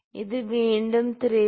ഇത് വീണ്ടും 3